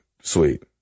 sweet